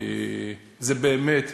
באמת,